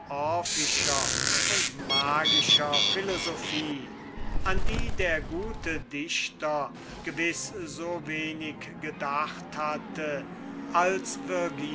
und magischer philosophie an die der gute dichter in der unschuld seines herzens gewiß so wenig gedacht hatte als